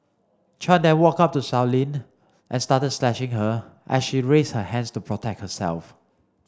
Chan then walked up to Sow Lin and started slashing her as she raised her hands to protect herself